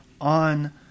on